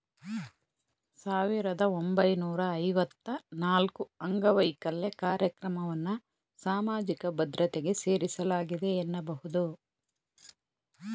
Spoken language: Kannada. ಸಾವಿರದ ಒಂಬೈನೂರ ಐವತ್ತ ನಾಲ್ಕುಅಂಗವೈಕಲ್ಯ ಕಾರ್ಯಕ್ರಮವನ್ನ ಸಾಮಾಜಿಕ ಭದ್ರತೆಗೆ ಸೇರಿಸಲಾಗಿದೆ ಎನ್ನಬಹುದು